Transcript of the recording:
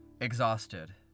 Exhausted